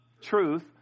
truth